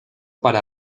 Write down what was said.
para